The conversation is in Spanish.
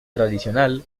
tradicional